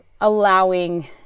allowing